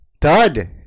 Dud